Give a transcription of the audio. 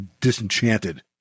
disenchanted